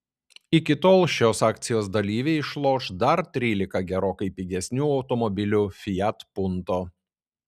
iki tol šios akcijos dalyviai išloš dar trylika gerokai pigesnių automobilių fiat punto